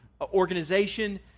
organization